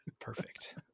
Perfect